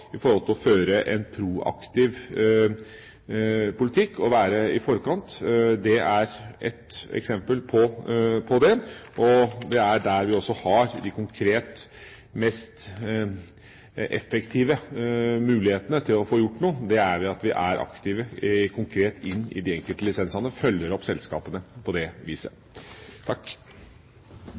å føre en proaktiv politikk og være i forkant. Dette er ett eksempel på det. De konkrete og mest effektive mulighetene til å få gjort noe, er ved at vi går aktivt og konkret inn i de enkelte lisensene, følger opp selskapene på det